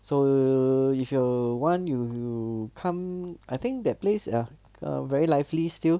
so if you want you come I think that place ya err very lively still